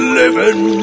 living